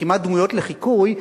כמעט דמויות לחיקוי,